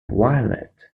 violet